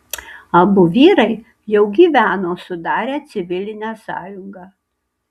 abu vyrai jau gyveno sudarę civilinę sąjungą